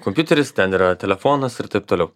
kompiuteris ten yra telefonas ir taip toliau